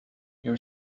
your